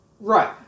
Right